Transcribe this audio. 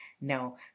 Now